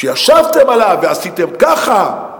שישבתם עליו ועשיתם ככה.